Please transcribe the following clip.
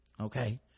okay